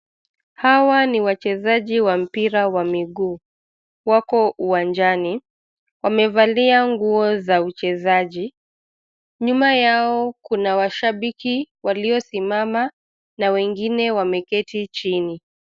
Hawa ni wachezaji wa mpira wa miguu. Wako uwanjani, wamevalia nguo za uchezaji. Nyuma yao kuna washambiki waliosimama na wengine wameketi chini.